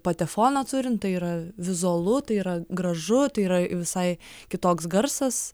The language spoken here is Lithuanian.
patefoną turint tai yra vizualu tai yra gražu tai yra visai kitoks garsas